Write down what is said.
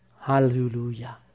Hallelujah